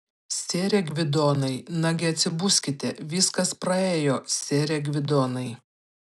sere gvidonai nagi atsibuskite viskas praėjo sere gvidonai